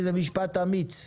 זה משפט אמיץ.